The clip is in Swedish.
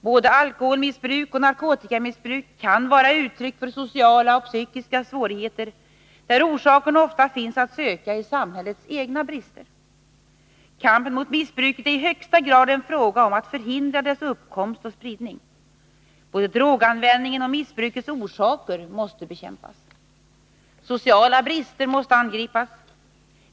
Både alkoholmissbruk och narkotikamissbruk kan vara uttryck för sociala och psykiska svårigheter, där orsaken oftast finns att söka i samhällets egna brister. Kampen mot missbruket är i högsta grad en fråga om att förhindra dess uppkomst och spridning. Både droganvändningen och missbrukets orsaker måste bekämpas. Sociala brister måste angripas.